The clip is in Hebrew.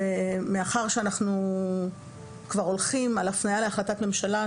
ומאחר ואנחנו הולכים על הפנייה להחלטת הממשלה,